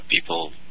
people